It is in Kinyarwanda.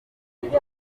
benshi